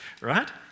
right